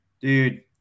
Dude